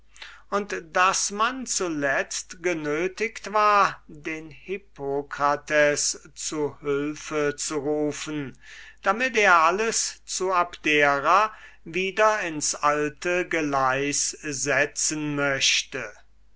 und daß man zuletzt genötiget war den hippokrates zu hülfe zu rufen damit er alles zu abdera wieder ins alte gleis setzen möchte